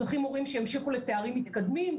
צריכים מורים שימשיכו לתארים מתקדמים,